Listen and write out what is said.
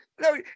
No